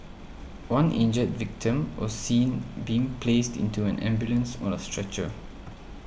one injured victim was seen being placed into an ambulance on a stretcher